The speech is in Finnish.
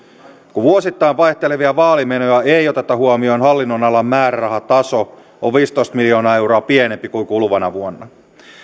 kun vuosittain vaihtelevia vaalimenoja ei oteta huomioon hallinnonalan määrärahataso on viisitoista miljoonaa euroa pienempi kuin kuluvana vuonna